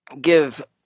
give